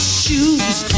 shoes